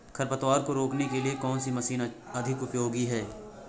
खरपतवार को रोकने के लिए कौन सी मशीन अधिक उपयोगी है?